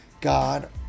god